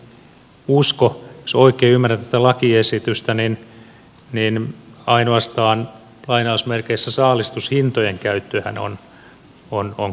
jos oikein ymmärrän tätä lakiesitystä niin ainoastaan saalistushintojen käyttöhän on kielletty